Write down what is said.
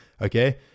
Okay